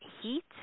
heat